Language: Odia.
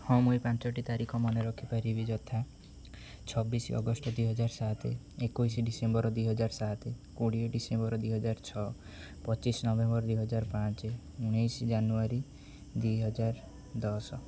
ହଁ ମୁଇଁ ପାଞ୍ଚୋଟି ତାରିଖ ମନେ ରଖିପାରିବି ଯଥା ଛବିଶ ଅଗଷ୍ଟ ଦୁଇହଜାର ସାତ ଏକୋଇଶ ଡିସେମ୍ବର ଦୁଇହଜାର ସାତ କୋଡ଼ିଏ ଡିସେମ୍ବର ଦୁଇହଜାର ଛଅ ପଚିଶ ନଭେମ୍ବର ଦୁଇହଜାର ପାଞ୍ଚ ଉଣେଇଶ ଜାନୁଆରୀ ଦୁଇହଜାର ଦଶ